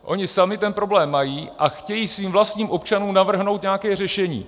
Oni sami ten problém mají a chtějí svým vlastním občanům navrhnout nějaké řešení.